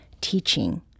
teaching